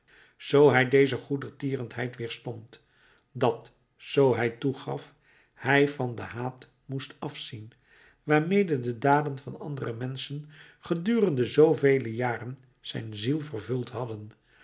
zoo hij deze goedertierenheid wederstond dat zoo hij toegaf hij van den haat moest afzien waarmede de daden van andere menschen gedurende zoovele jaren zijn ziel vervuld hadden